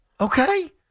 Okay